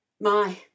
My